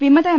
വിമത എം